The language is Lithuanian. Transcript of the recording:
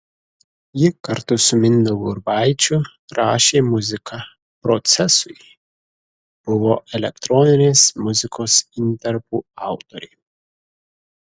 ji kartu su mindaugu urbaičiu rašė muziką procesui buvo elektroninės muzikos intarpų autorė